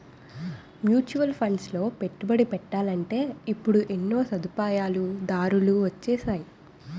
mutual ఫండ్లలో పెట్టుబడి పెట్టాలంటే ఇప్పుడు ఎన్నో సదుపాయాలు దారులు వొచ్చేసాయి